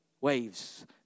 waves